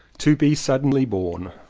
to be suddenly born,